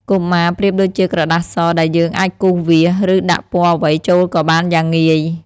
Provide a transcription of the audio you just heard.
កុមារប្រៀបដូចជាក្រដាសស ដែលយើងអាចគូសវាស ឬដាក់ពណ៌អ្វីចូលក៏បានយ៉ាងងាយ។